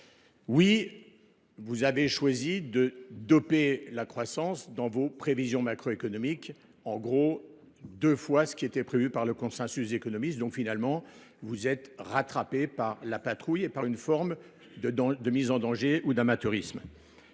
Oui, vous avez choisi de doper la croissance dans vos prévisions macroéconomiques, à hauteur de deux fois ce qu’avait prévu le consensus des économistes. Vous êtes donc, finalement, rattrapé par la patrouille et par une forme de mise en danger ou d’amateurisme.